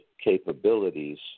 capabilities